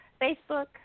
Facebook